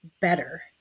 better